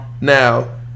Now